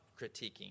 critiquing